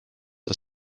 are